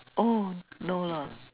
oh no lah